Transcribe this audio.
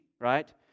right